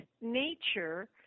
nature